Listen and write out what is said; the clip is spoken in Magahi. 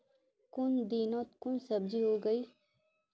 कुन दिनोत कुन सब्जी उगेई?